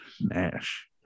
Nash